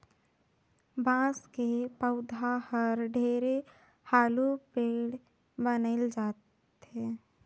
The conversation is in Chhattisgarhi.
बांस के पउधा हर ढेरे हालू पेड़ बइन जाथे